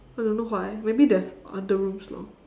I don't know why maybe there's other rooms lor